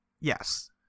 Yes